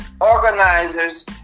organizers